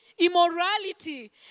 immorality